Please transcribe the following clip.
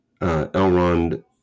Elrond